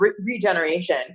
regeneration